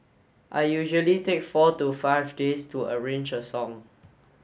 I usually take four to five days to arrange a song